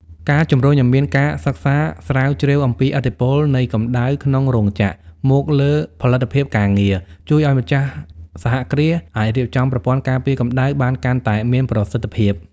ការជំរុញឱ្យមានការសិក្សាស្រាវជ្រាវអំពីឥទ្ធិពលនៃកម្ដៅក្នុងរោងចក្រមកលើផលិតភាពការងារ ជួយឱ្យម្ចាស់សហគ្រាសអាចរៀបចំប្រព័ន្ធការពារកម្ដៅបានកាន់តែមានប្រសិទ្ធភាព។